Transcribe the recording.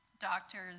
Doctors